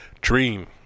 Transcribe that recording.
dream